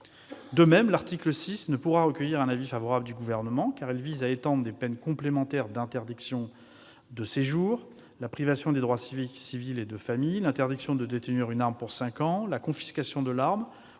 De même, l'article 6 ne pourra recueillir l'avis favorable du Gouvernement. Il vise à étendre des peines complémentaires d'interdiction de séjour, la privation des droits civiques, civils et de famille, l'interdiction de détenir une arme pendant cinq ans et la confiscation de l'arme